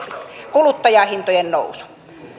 kuluttajahintojen nousu